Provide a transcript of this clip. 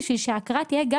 כדי שההכרה תהיה גם